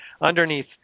underneath